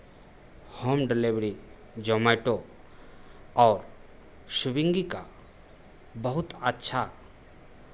home delivery Zomato और Swiggy का बहुत अच्छा